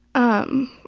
um,